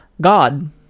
God